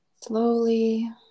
slowly